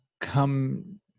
come